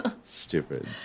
Stupid